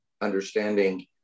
understanding